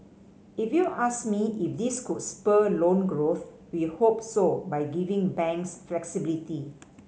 if you ask me if this could spur loan growth we hope so by giving banks flexibility